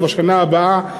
ובשנה הבאה,